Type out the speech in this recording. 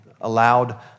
allowed